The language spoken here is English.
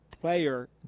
player